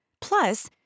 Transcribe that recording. Plus